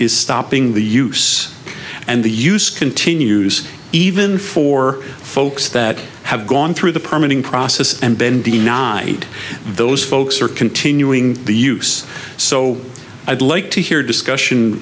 is stopping the use and the use continues even for folks that have gone through the permanent process and then denied those folks are continuing the use so i'd like to hear discussion